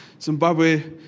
Zimbabwe